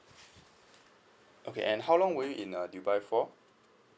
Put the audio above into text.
okay and how long were you in uh dubai for